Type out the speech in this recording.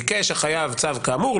ביקש החייב צו כאמור,